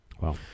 Wow